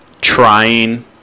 trying